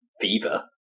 fever